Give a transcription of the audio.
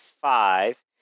five